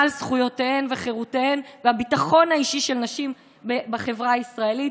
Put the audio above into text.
על זכויותיהן וחירותן והביטחון האישי של נשים בחברה הישראלית.